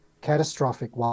catastrophic